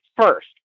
first